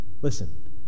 Listen